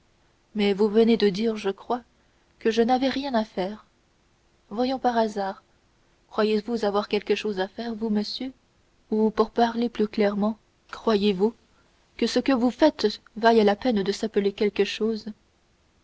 mais vous venez de dire je crois que je n'avais rien à faire voyons par hasard croyez-vous avoir quelque chose à faire vous monsieur ou pour parler plus clairement croyez-vous que ce que vous faites vaille la peine de s'appeler quelque chose